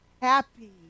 happy